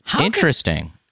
Interesting